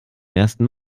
ersten